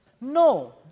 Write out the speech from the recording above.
No